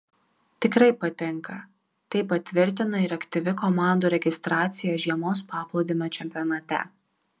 tikrai patinka tai patvirtina ir aktyvi komandų registracija žiemos paplūdimio čempionate